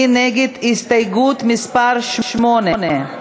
מסעוד גנאים,